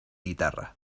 guitarra